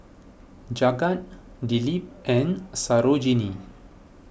Jagat Dilip and Sarojini